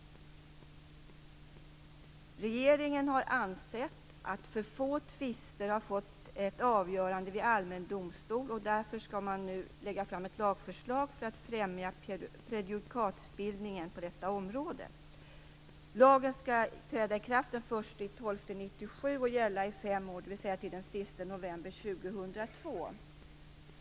Regeringen har ansett att för få tvister har fått ett avgörande vid allmän domstol, och därför skall man nu lägga fram ett lagförslag för att främja prejudikatsbildningen på detta område. Lagen skall träda i kraft den 1 december 1997 och gälla i fem år, dvs. till den 30 november 2002.